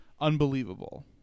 Unbelievable